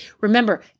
Remember